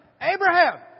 Abraham